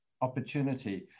opportunity